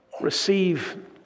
receive